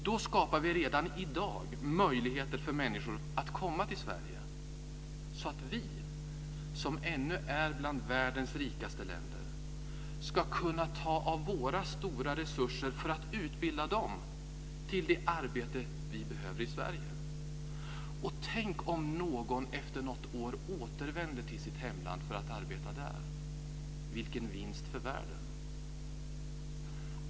Då skapar vi redan i dag möjligheter för människor att komma till Sverige så att vi, som ännu är bland världens rikaste länder, ska kunna ta av våra stora resurser för att utbilda dem till det arbete vi behöver i Sverige. Och tänk om någon efter något år återvänder till sitt hemland för att arbeta där - vilken vinst för världen!